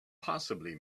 possibly